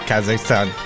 Kazakhstan